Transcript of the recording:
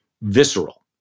visceral